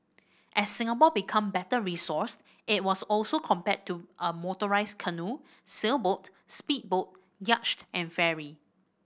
as Singapore became better resourced it was also compared to a motorised canoe sailboat speedboat yacht and ferry